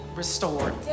restored